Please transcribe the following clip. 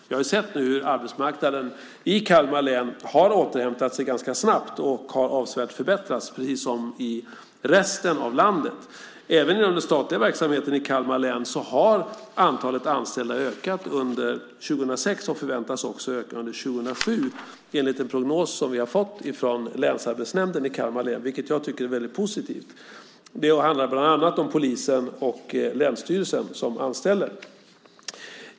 Vi har sett nu hur arbetsmarknaden i Kalmar län har återhämtat sig ganska snabbt och avsevärt förbättrats, precis som i resten av landet. Även när det gäller den statliga verksamheten i Kalmar län har antalet anställda ökat under 2006 och förväntas öka också under 2007, enligt den prognos som vi har fått från Länsarbetsnämnden i Kalmar län. Det tycker jag är väldigt positivt. Det handlar bland annat om polisen och länsstyrelsen som anställer.